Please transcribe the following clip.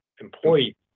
employee